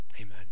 Amen